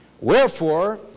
wherefore